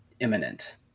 imminent